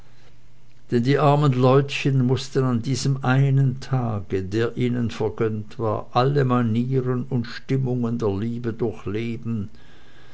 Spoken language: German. denn die armen leutchen mußten an diesem einen tage der ihnen vergönnt war alle manieren und stimmungen der liebe durchleben